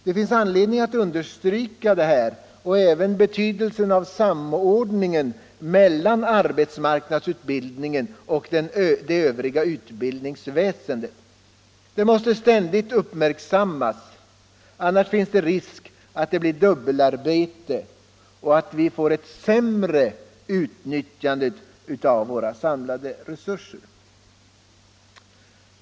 Det finns anledning att understryka detta och även betydelsen av samordningen mellan arbetsmarknadsutbildningen och det övriga utbildningsväsendet. Det måste ständigt uppmärksammas; annars finns det risk för att det blir dubbelarbete och vi får ett sämre utnyttjande av våra samlade resurser.